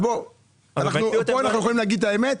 כאן אנחנו יכולים להגיד את האמת.